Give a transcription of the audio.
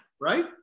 Right